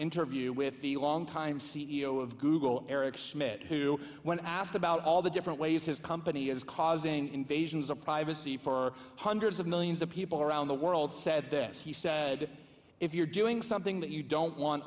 interview with the longtime c e o of google eric schmidt who when asked about all the different ways his company is causing invasions of privacy for hundreds of millions of people around the world said this he said if you're doing something that you don't want